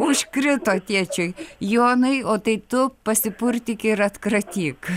užkrito tėčiui jonai o tai tu pasipurtyk ir atkratyk